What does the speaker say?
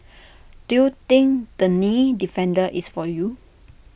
do you think the knee defender is for you